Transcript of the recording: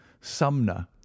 Sumner